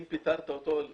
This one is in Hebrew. הוא כזה: